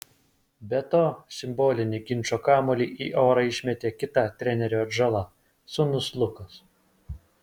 be to simbolinį ginčo kamuolį į orą išmetė kita trenerio atžala sūnus lukas